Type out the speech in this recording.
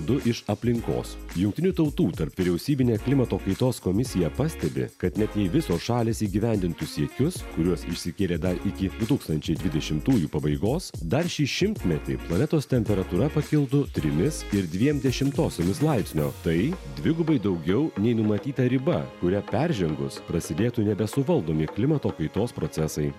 du iš aplinkos jungtinių tautų tarpvyriausybinė klimato kaitos komisija pastebi kad net jei visos šalys įgyvendintų siekius kuriuos išsikėlė dar iki du tūkstančiai dvidešimtųjų pabaigos dar šį šimtmetį planetos temperatūra pakiltų trimis ir dviem dešimtosiomis laipsnio tai dvigubai daugiau nei numatyta riba kurią peržengus prasidėtų nebesuvaldomi klimato kaitos procesai